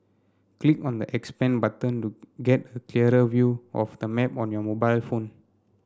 click on the 'expand' button to get a clearer view of the map on your mobile phone